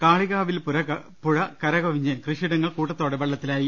കാളിക്കാവിൽ പുഴ കരകവിഞ്ഞ് കൃഷിയിടങ്ങൾ കൂട്ടത്തോടെ വെളളത്തിലായി